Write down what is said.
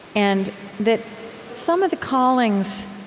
and that some of the callings,